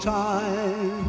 time